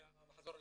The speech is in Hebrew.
זה המחזור הראשון.